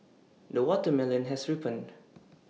the watermelon has ripened